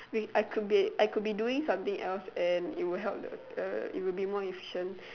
we I could be I could be doing something else and it will help the uh it would be more efficient